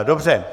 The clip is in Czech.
Dobře.